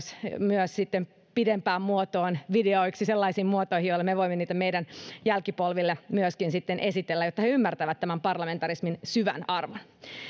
myös sitten pidempään muotoon tallennatte videoiksi sellaisiin muotoihin joilla me voimme niitä myöskin meidän jälkipolvillemme sitten esitellä jotta he ymmärtävät parlamentarismin syvän